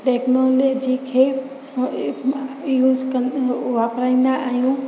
technology खे use कं वापराईंदा आहियूं